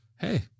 hey